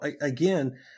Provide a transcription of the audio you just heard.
again